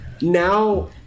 now